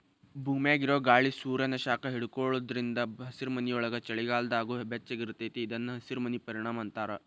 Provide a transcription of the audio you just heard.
ಭೂಮ್ಯಾಗಿರೊ ಗಾಳಿ ಸೂರ್ಯಾನ ಶಾಖ ಹಿಡ್ಕೊಳೋದ್ರಿಂದ ಹಸಿರುಮನಿಯೊಳಗ ಚಳಿಗಾಲದಾಗೂ ಬೆಚ್ಚಗಿರತೇತಿ ಇದನ್ನ ಹಸಿರಮನಿ ಪರಿಣಾಮ ಅಂತಾರ